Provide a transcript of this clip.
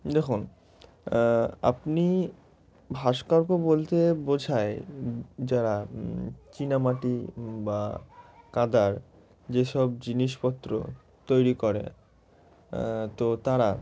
দেখুন আপনি ভাস্কর্য বলতে বোঝায় যারা চিনামাটি বা কাদার যেসব জিনিসপত্র তৈরি করে তো তারা